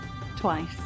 twice